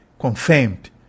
confirmed